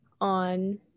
on